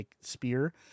spear